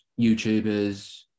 YouTubers